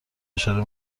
اشاره